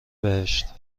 بهشت